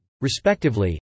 respectively